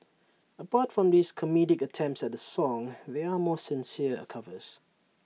apart from these comedic attempts at the song there are more sincere covers